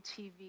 TV